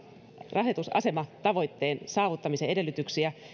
rahoitusasematavoitteen saavuttamisen edellytyksiä